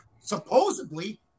supposedly